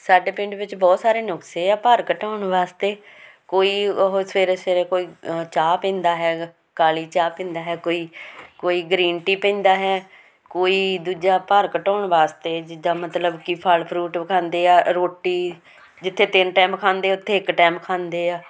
ਸਾਡੇ ਪਿੰਡ ਵਿੱਚ ਬਹੁਤ ਸਾਰੇ ਨੁਕਸੇ ਆ ਭਾਰ ਘਟਾਉਣ ਵਾਸਤੇ ਕੋਈ ਉਹ ਸਵੇਰੇ ਸਵੇਰੇ ਕੋਈ ਚਾਹ ਪੀਂਦਾ ਹੈਗਾ ਕਾਲੀ ਚਾਹ ਪੀਂਦਾ ਹੈ ਕੋਈ ਕੋਈ ਗਰੀਨ ਟੀ ਪੀਂਦਾ ਹੈ ਕੋਈ ਦੂਜਾ ਭਾਰ ਘਟਾਉਣ ਵਾਸਤੇ ਜਿੱਦਾਂ ਮਤਲਬ ਕਿ ਫਲ ਫਰੂਟ ਖਾਂਦੇ ਆ ਰੋਟੀ ਜਿੱਥੇ ਤਿੰਨ ਟਾਈਮ ਖਾਂਦੇ ਉੱਥੇ ਇੱਕ ਟਾਈਮ ਖਾਂਦੇ ਆ